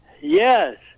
Yes